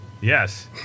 Yes